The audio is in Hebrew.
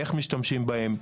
איך משתמשים בהם?